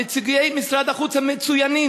נציגי משרד החוץ הם מצוינים,